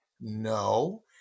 No